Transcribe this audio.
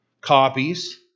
copies